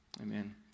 Amen